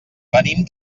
venim